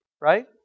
Right